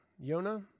Yona